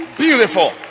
Beautiful